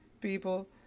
people